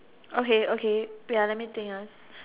okay okay wait let me think